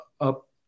up